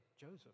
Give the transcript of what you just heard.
Joseph